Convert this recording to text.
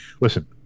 listen